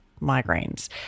migraines